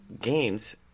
games